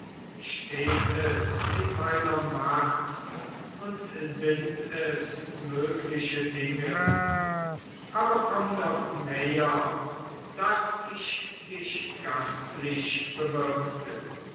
steht es in meiner macht und sind es mögliche dinge aber komm doch näher daß ich dich gastlich bewirte